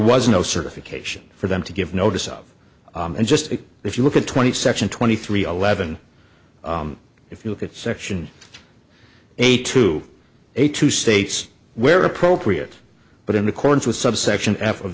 was no certification for them to give notice of and just if you look at twenty section twenty three eleven if you look at section eight to a two states where appropriate but in accordance with subsection f of